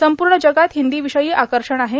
संपूर्ण जगात हिंदीविषयी आकर्षण आहे